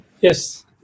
Yes